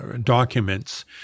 documents